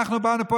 אנחנו באנו לפה,